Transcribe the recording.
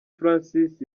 francis